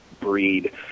breed